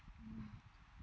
mm